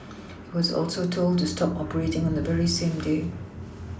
it was also told to stop operating on the very same day